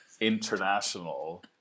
international